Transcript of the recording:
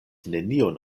neniun